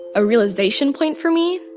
a realization point for me.